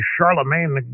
Charlemagne